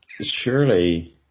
surely